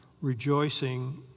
rejoicing